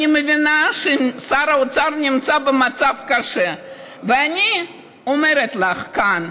אני מבינה ששר האוצר נמצא במצב קשה ואני אומרת לך כאן: